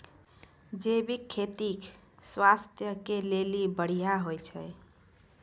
जैविक खेती स्वास्थ्य के लेली बढ़िया होय छै